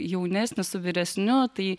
jaunesni su vyresniu tai